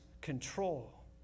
control